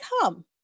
come